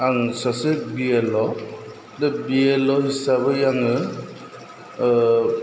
आं सासे B L O दा बि एल अ हिसाबै आङो